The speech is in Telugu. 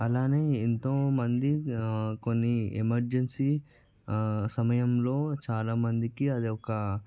అలానే ఎంతో మంది కొన్ని ఎమర్జెన్సీ సమయంలో చాలా మందికి అది ఒక